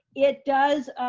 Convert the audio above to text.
it does.